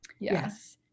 Yes